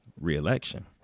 re-election